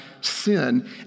sin